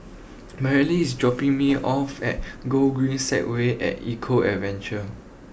Marely is dropping me off at Gogreen Segway at Eco Adventure